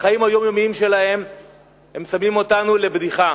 בחיים היומיומיים שלהם הם שמים אותנו לבדיחה.